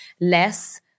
less